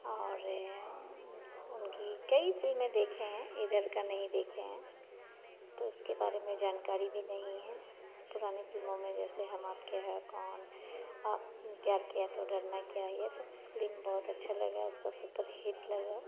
और यह उनकी कई फ़िल्में देखे हैं इधर का नहीं देखे हैं तो उसके बारे में जानकारी भी नहीं है पुरानी फिल्मों में जैसे हम आपके हैं कौन आप प्यार किया तो डरना क्या यह सब फ़िल्म बहुत अच्छी लगी इसको सुपरहिट लगी